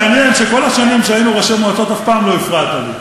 מעניין שכל השנים שהיינו ראשי מועצות אף פעם לא הפרעת לי.